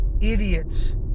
idiots